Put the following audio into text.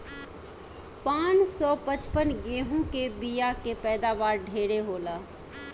पान सौ पचपन गेंहू के बिया के पैदावार ढेरे होला